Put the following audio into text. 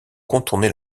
contourner